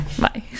Bye